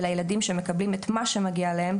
אלא ילדים שמקבלים מה שמגיע להם,